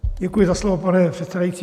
Děkuji za slovo, pane předsedající.